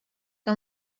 que